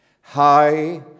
high